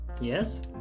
Yes